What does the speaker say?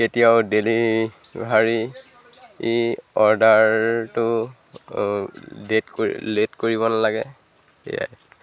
কেতিয়াও ডেলিভাৰী ই অৰ্ডাৰটো লেট কৰি লেট কৰিব নালাগে সেয়াই